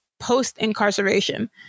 post-incarceration